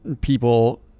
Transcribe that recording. people